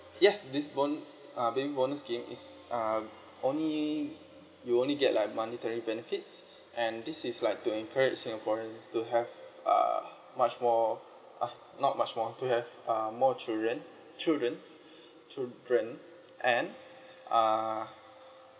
yes this bon~ uh baby bonus scheme is uh only you'll only get like monetary benefits and this is like to encourage singaporeans to have uh much more ah not much more to have uh more children childrens children and uh